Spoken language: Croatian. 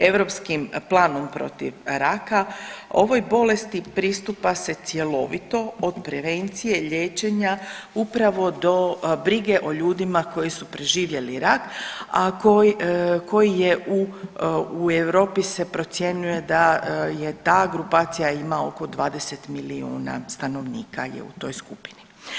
Europskim planom protiv raka ovoj bolesti pristupa se cjelovito, od prevencije, liječenja upravo do brige o ljudima koji su preživjeli rak, a koji, koji je u Europi se procjenjuje da je ta grupacija ima oko 20 milijuna stanovnika je u toj skupini.